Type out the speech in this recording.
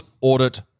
audit